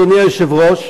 אדוני היושב-ראש,